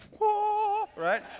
right